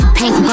pink